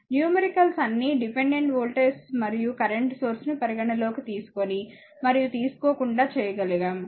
numericals అన్నీ dependent voltage మరియు current source ని పరిగణనలోకి తీసుకొని మరియు తీసుకోకుండా చేయగలిగాము